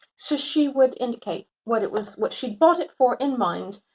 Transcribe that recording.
so she would indicate what it was, what she'd bought it for in mind.